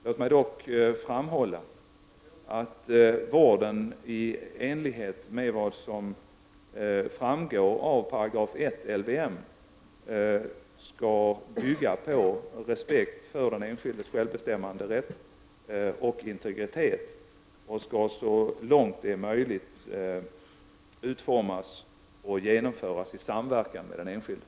Jag vill dock framhålla att vården i enlighet med vad som framgår av 18 LVM skall bygga på respekt för den enskildes självbestämmanderätt och integritet och skall så långt det är möjligt utformas och genomföras i samverkan med den enskilde.